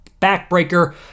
backbreaker